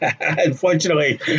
Unfortunately